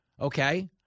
Okay